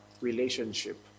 relationship